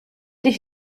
dich